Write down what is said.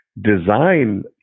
design